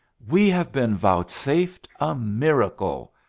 we have been vouchsafed a miracle,